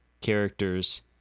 characters